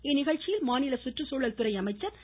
இந்நிகழ்ச்சியில் மாநில சுற்றுச்சூழல் துறை அமைச்சர் திரு